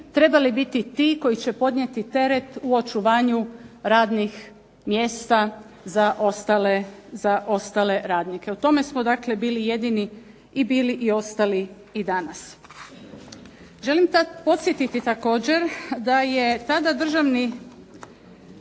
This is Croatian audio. trebali biti ti koji će podnijeti teret u očuvanju radnih mjesta za ostale radnike. U tome smo dakle bili jedini i bili i ostali i danas. Želim podsjetiti također da je tada državni